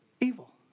evil